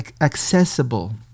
Accessible